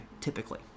typically